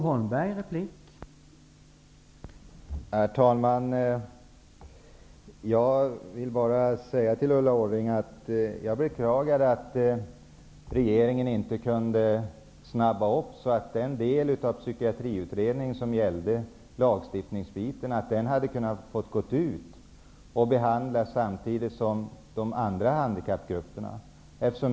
Herr talman! Jag beklagar, Ulla Orring, att regeringen inte kunde skynda på, så att den delen av Psykiatriutredningen som gällde lagstiftning hade gått ut på remiss och kunnat behandlas samtidigt med åtgärder för de andra handikappgrupperna.